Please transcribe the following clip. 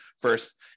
first